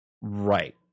Right